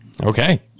Okay